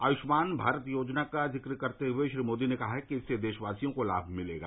आयुष्मान भारत योजना का जिक्र करते हुए श्री मोदी ने कहा कि इससे देशवासियों को लाभ मिलेगा